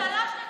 שלוש הדקות